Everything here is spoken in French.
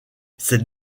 ces